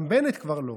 גם בנט כבר לא,